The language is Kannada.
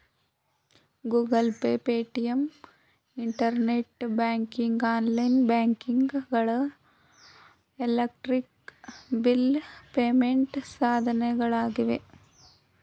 Google Pay, Paytm, internet banking, online banking ಗಳು ಎಲೆಕ್ಟ್ರಿಕ್ ಬಿಲ್ ಪೇಮೆಂಟ್ ಸಾಧನಗಳಾಗಿವೆ